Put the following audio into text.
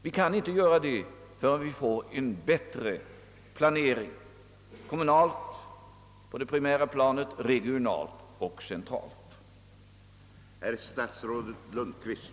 Vi kan inte göra det förrän vi får en bättre planering — kommunalt på det primära planet — regionalt och centralt.